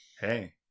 Hey